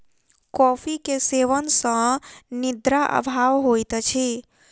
coffee के सेवन सॅ निद्रा अभाव होइत अछि